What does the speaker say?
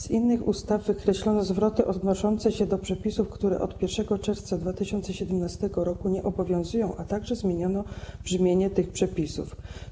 Z innych ustaw wykreślono zwroty odnoszące się do przepisów, które od 1 czerwca 2017 r. nie obowiązują, a także zmieniono brzmienie tych przepisów.